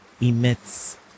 emits